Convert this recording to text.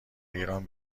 ایران